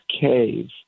cave